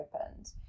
opened